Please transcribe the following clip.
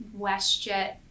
WestJet